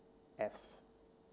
F